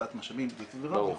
הקצאת משאבים וכו'.